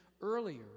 earlier